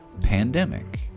pandemic